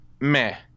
Meh